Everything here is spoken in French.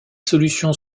solutions